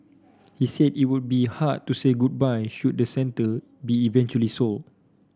he said it would be hard to say goodbye should the centre be eventually sold